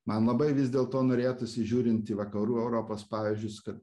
man labai vis dėlto norėtųsi žiūrint į vakarų europos pavyzdžius kad